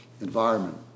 environment